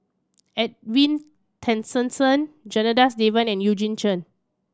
Edwin Tessensohn Janadas Devan and Eugene Chen